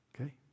Okay